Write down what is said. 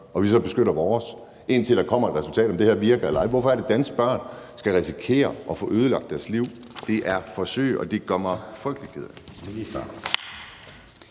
og vi så beskytter vores, indtil der kommer et resultat, der viser, om det her virker eller ej? Hvorfor skal danske børn risikere at få ødelagt deres liv? Det er forsøg, og det gør mig frygtelig ked